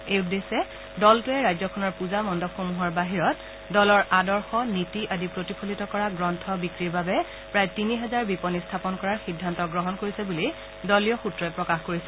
এই উদ্দেশ্যে দলটোৱে ৰাজ্যখনৰ পূজা মণ্ডপ সমূহৰ বাহিৰত দলৰ আদৰ্শ নীতি আদি প্ৰতিফলিত কৰা গ্ৰন্থ বিক্ৰীৰ বাবে প্ৰায় তিনি হাজাৰ বিপনী স্থাপন কৰাৰ সিদ্ধান্ত গ্ৰহণ কৰিছে বুলি দলীয় সূত্ৰই প্ৰকাশ কৰিছে